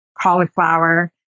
Cauliflower